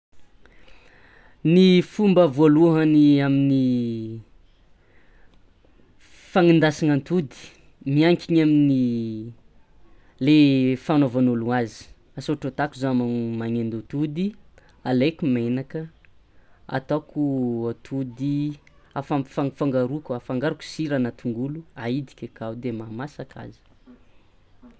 Ny fomba voalohany amin'ny fagnendasa antody, miankiny amin'ny le fanaovan'ologno azy asa ohatra ataoko zany manendy atody alaiko menaka ataoko atody afampifangaroko afangaroko sira na tongolo aidiky akao de mahamasaka azy.